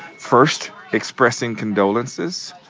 first, expressing condolences,